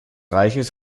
reiches